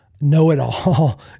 know-it-all